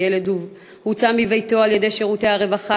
הילד הוצא מביתו על-ידי שירותי הרווחה